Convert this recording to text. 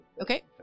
Okay